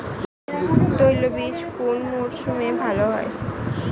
তৈলবীজ কোন মরশুমে ভাল হয়?